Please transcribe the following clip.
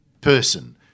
person